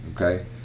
okay